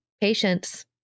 patience